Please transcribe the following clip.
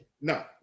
No